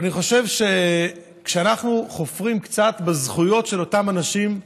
אבל אני חושב שכשאנחנו חופרים קצת בזכויות של אותם אנשים,